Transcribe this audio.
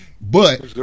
but-